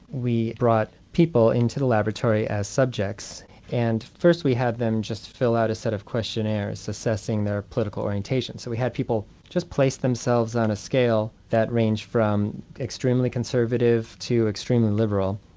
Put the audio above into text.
we brought people into the laboratory as subjects and first we had them just fill out a set of questionnaires assessing their political orientation. so we had people just place themselves on a scale that ranged from extremely conservative to extremely liberal.